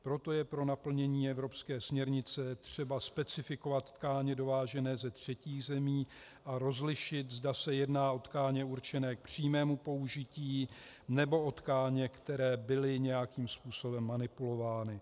Proto je pro naplnění evropské směrnice třeba specifikovat tkáně dovážené ze třetích zemí a rozlišit, zda se jedná o tkáně určené k přímému použití, nebo o tkáně, které byly nějakým způsobem manipulovány.